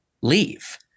leave